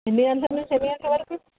ఎన్ని గంటల నుంచి ఎన్ని గంటల వరకు